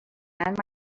and